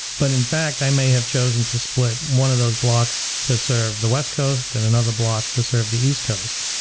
but in fact, i may have chosen to split one of those blocks to serve the west coast and another block to serve the east coast.